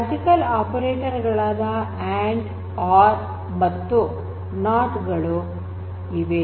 logical operator ಗಳಾದ and or ಮತ್ತು not ಗಳು ಇವೆ